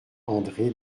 andré